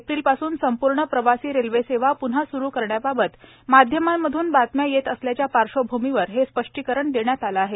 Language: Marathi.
एप्रिलपासून संपूर्ण प्रवासी रेल्वे सेवा प्न्हा सुरू करण्याबाबत माध्यमांमधून बातम्या येत असल्याच्या पार्श्वभूमीवर हे स्पष्टीकरण देण्यात आले आहे